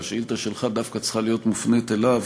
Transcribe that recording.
והשאילתה שלך דווקא צריכה להיות מופנית אליו,